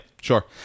sure